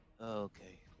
Okay